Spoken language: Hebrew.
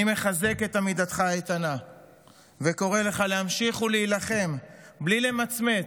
אני מחזק את עמידתך האיתנה וקורא לך להמשיך ולהילחם בלי למצמץ,